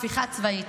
הפיכה צבאית.